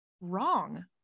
wrong